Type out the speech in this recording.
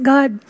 God